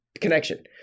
connection